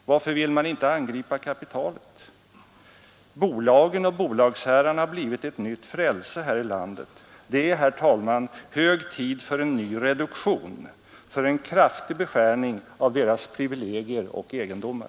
Varför vill man inte angripa kapitalet? Bolagen och bolagsherrarna har blivit ett nytt frälse här i landet. Det är, herr talman, hög tid för en ny reduktion, för en kraftig beskärning av deras privilegier och egendomar.